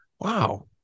wow